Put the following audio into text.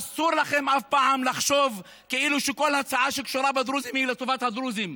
אסור לכם אף פעם לחשוב כאילו כל הצעה שקשורה בדרוזים היא לטובת הדרוזים.